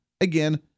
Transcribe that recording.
Again